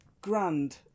grand